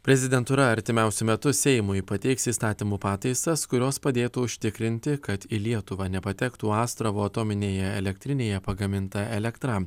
prezidentūra artimiausiu metu seimui pateiks įstatymų pataisas kurios padėtų užtikrinti kad į lietuvą nepatektų astravo atominėje elektrinėje pagaminta elektra